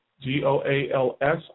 G-O-A-L-S